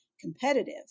competitive